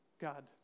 God